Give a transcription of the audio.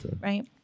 Right